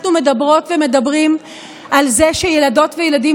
אנחנו מדברות ומדברים על זה שילדות וילדים,